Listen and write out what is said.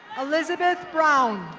elizabeth brown.